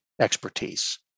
expertise